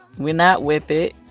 we're not with it.